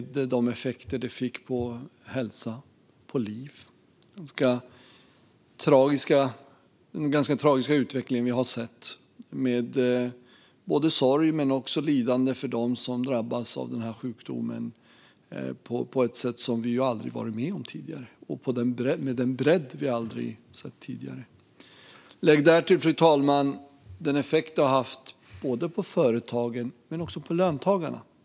De effekter den fick på hälsa och på liv och den ganska tragiska utveckling som vi har sett med både sorg och lidande för dem som har drabbats av den här sjukdomen har vi aldrig varit med om tidigare, och en sådan bredd av effekter har vi heller aldrig sett tidigare. Lägg till det den effekt detta har haft på företagen men också på löntagarna.